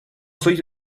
soy